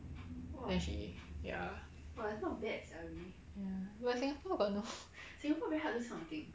then she ya ya but singapore got no